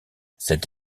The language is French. cette